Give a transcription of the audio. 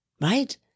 right